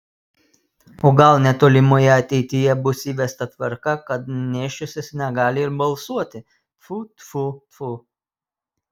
o gal netolimoje ateityje bus įvesta tvarka kad nėščiosios negali ir balsuoti tfu tfu tfu